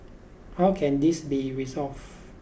how can this be resolved